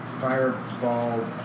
Fireball